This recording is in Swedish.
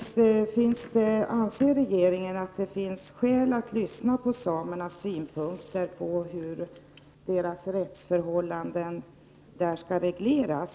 Anser regeringen att det finns skäl att lyssna på samernas synpunkter på hur deras rättsförhållanden skall regleras?